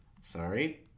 Sorry